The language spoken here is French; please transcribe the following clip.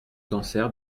cancer